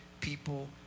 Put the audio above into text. people